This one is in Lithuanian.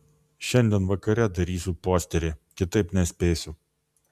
šiandien vakare darysiu posterį kitaip nespėsiu